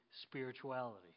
spirituality